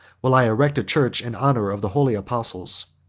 will i erect a church in honor of the holy apostles.